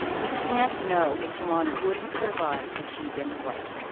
we can't know if shalon would have survived had she been white,